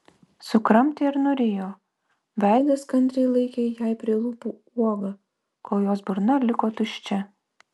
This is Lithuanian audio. sukramtė ir nurijo veidas kantriai laikė jai prie lūpų uogą kol jos burna liko tuščia